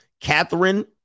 Catherine